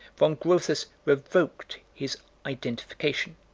von grotthus revoked his identification.